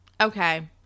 okay